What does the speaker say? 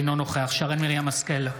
אינו נוכח שרן מרים השכל,